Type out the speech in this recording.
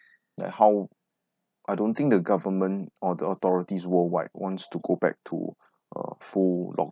like how I don't think the government or the authorities worldwide wants to go back to uh full lock